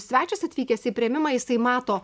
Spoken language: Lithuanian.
svečias atvykęs į priėmimą jisai mato